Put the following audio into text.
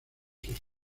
sus